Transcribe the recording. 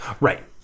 Right